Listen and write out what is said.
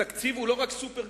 התקציב הוא לא רק סופר-כלכלי,